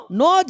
no